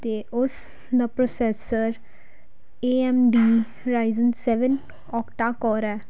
ਅਤੇ ਉਸ ਦਾ processor A M D Ryzen seven octa core ਹੈ